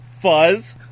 Fuzz